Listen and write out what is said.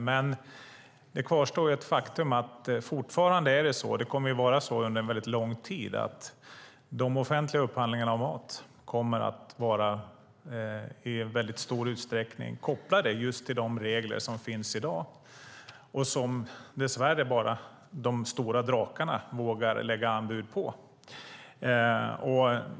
Men faktum kvarstår, och så kommer det att vara under väldigt lång tid, att fortfarande kommer de offentliga upphandlingarna av mat i väldigt stor utsträckning att vara kopplade till de regler som finns i dag, och dess värre vågar bara de stora drakarna lägga anbud.